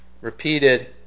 repeated